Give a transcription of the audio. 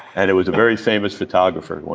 and it was a very famous photographer,